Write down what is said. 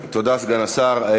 תודה, סגן השר.